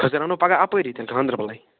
کھٔزٕر اَنو پگاہ اپٲری تیٚلہِ گانٛدربَلے